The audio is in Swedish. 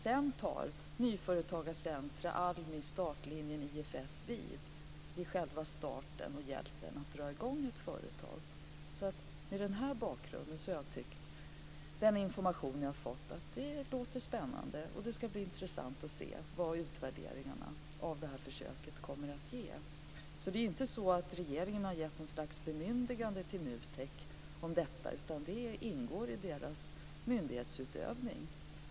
Sedan tar Nyföretagarcentrum, ALMI, Startlinjen, IFS och andra vid och hjälper en att starta och dra i gång ett företag. Mot den här bakgrunden, den information som jag har fått, så har jag tyckt att det låter spännande. Det ska bli intressant att se vad utvärderingarna av det här försöket kommer att visa. Regeringen har inte givit NUTEK något slags bemyndigande om detta, utan det ingår i deras myndighetsutövning.